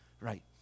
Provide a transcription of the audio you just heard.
right